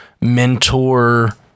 mentor